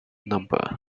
number